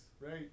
right